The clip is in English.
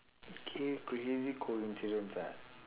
okay crazy coincidence ah